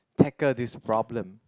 tackle this problem